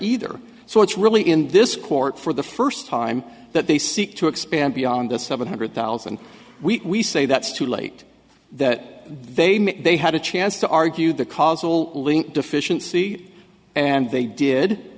either so it's really in this court for the first time that they seek to expand beyond the seven hundred thousand we say that's too late that they may they had a chance to argue the causal link deficiency and they did